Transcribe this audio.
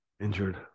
injured